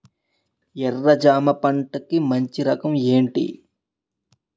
ఎర్ర జమ పంట కి మంచి రకం ఏంటి?